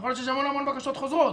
יכול להיות שיש המון בקשות שחוזרות,